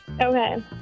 Okay